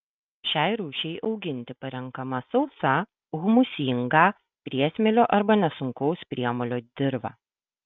šiai rūšiai auginti parenkama sausa humusingą priesmėlio arba nesunkaus priemolio dirva